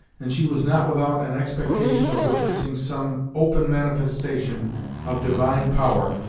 and she was not without an expectation of witnessing some open manifestation of divine power,